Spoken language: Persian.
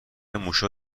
موشا